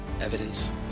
evidence